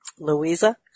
Louisa